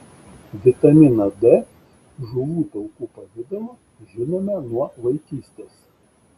vitaminą d žuvų taukų pavidalu žinome nuo vaikystės